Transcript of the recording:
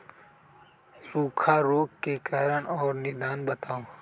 सूखा रोग के कारण और निदान बताऊ?